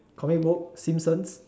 comic book Simpsons